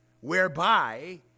whereby